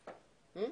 התשפ"א 2020. אושרה.